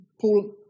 Paul